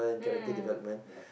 mm yeah